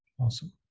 Awesome